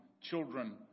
children